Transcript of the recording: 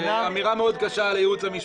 זו אמירה מאוד קשה על הייעוץ המשפטי.